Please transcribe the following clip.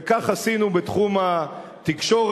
וכך עשינו בתחום התקשורת,